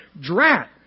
Drat